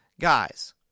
Guys